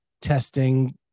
testing